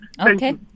Okay